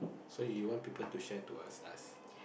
so you want people to share to ask us